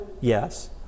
yes